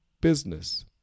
business